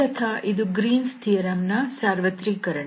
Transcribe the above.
ಮೂಲತಃ ಇದು Green's theorem Green's Theorem ನ ಸಾರ್ವತ್ರೀಕರಣ